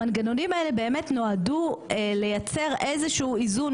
המנגנונים האלה באמת נועדו לייצר איזה שהוא איזון,